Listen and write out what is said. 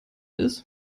ist